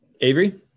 Avery